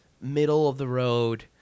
middle-of-the-road